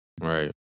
Right